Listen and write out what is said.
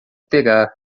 pegar